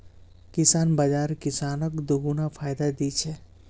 किसान बाज़ार किसानक दोगुना फायदा दी छे